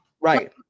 Right